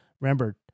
remember